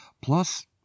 plus